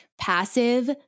Passive